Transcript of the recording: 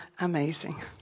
amazing